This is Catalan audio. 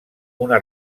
una